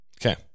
Okay